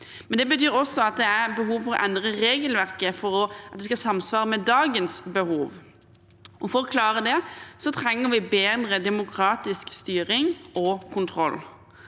Det betyr også at det er et behov for å endre regelverket for at det skal samsvare med dagens behov, og for å klare det trenger vi bedre demokratisk styring og kontroll.